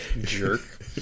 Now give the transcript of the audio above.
Jerk